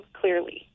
clearly